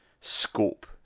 scope